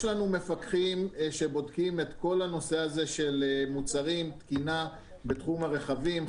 יש לנו מפקחים שבודקים את כל הנושא הזה של מוצרים ותקינה בתחום הרכבים,